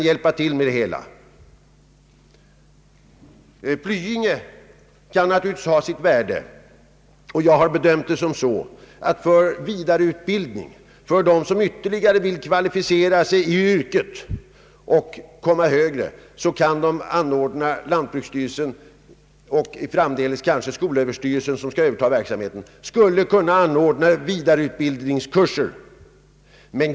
Flyinge kan naturligtvis ha sitt värde, och jag har bedömt saken så att där bör lantbruksstyrelsen — och framdeles skolöverstyrelsen, som skall överta verksamheten — anordna vidareutbildningskurser för dem som vill kvalificera sig ytterligare i yrket.